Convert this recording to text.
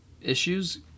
issues